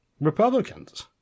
Republicans